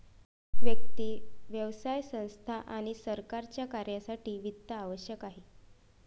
व्यक्ती, व्यवसाय संस्था आणि सरकारच्या कार्यासाठी वित्त आवश्यक आहे